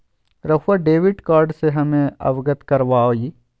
रहुआ debit card से हमें अवगत करवाआई?